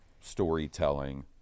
storytelling